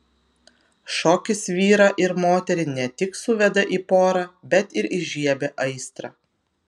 šokis vyrą ir moterį ne tik suveda į porą bet ir įžiebia aistrą